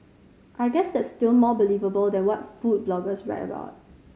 I guess that's still more believable than what food bloggers write about